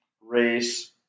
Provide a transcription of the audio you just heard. race